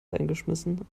eingeschmissen